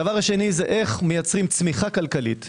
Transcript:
הדבר השני הוא איך מייצרים צמיחה כלכלית.